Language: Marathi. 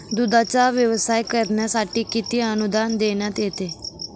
दूधाचा व्यवसाय करण्यासाठी किती अनुदान देण्यात येते?